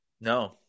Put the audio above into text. No